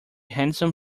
handsome